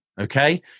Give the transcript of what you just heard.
Okay